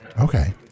Okay